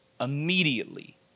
immediately